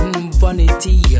Vanity